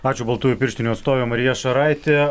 ačiū baltųjų pirštinių atstovė marija šaraitė